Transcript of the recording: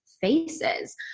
faces